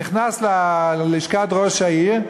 נכנס ללשכת ראש העיר.